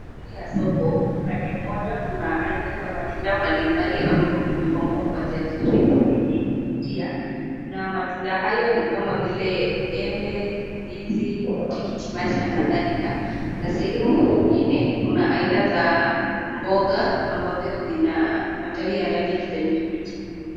Sehemu ya soko, upande mmoja kuna aina za matunda mbalimbali ambavyo vimepangwa kwa njia nzuri yenye kuvutia na matunda hayo ni kama vile embe, tikitimaji na kadhalika na sehemu nyingine kuna aina za mboga ambavyo vina matawi ya rangi ya kijani kibichi.